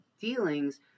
dealings